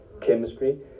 chemistry